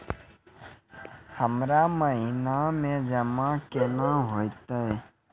हमरा महिना मे जमा केना हेतै?